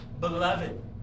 beloved